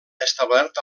establert